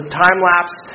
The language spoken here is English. time-lapse